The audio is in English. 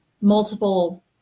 multiple